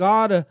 God